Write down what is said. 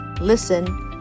listen